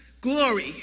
glory